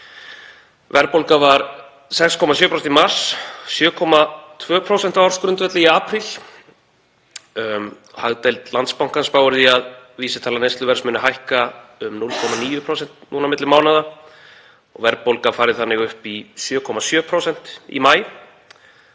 Verðbólga var 6,7% í mars og 7,2% á ársgrundvelli í apríl. Hagdeild Landsbankans spáir því að vísitala neysluverðs muni hækka um 0,9% núna á milli mánaða og verðbólga fari þannig upp í 7,7% í maí.